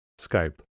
Skype